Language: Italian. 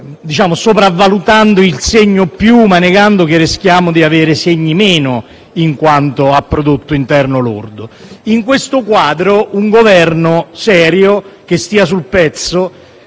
solo sopravvalutando il segno "più", ma negando che rischiamo di avere segni "meno" quanto a prodotto interno lordo. In questo quadro, un Governo serio, che sia sul pezzo,